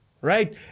right